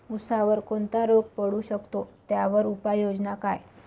ऊसावर कोणता रोग पडू शकतो, त्यावर उपाययोजना काय?